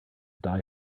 die